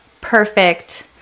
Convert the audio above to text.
perfect